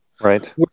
Right